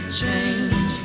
change